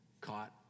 caught